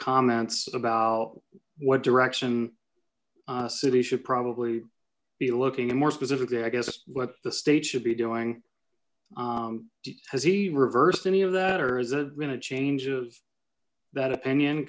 comments about what direction city should probably be looking and more specifically i guess what the state should be doing has he reversed any of that or is that been a change of that opinion